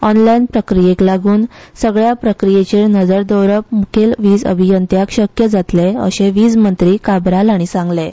ऑनलायन प्रक्रीयेक लागून सगळ्या प्रक्रीयेचेर नदर दवरप म्खेल वीज अभियंत्याक शक्य जातलें अशें वीजमंत्री निलेश काब्राल हांणी सांगलें